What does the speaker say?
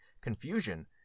Confusion